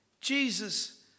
Jesus